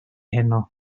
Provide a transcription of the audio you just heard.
heno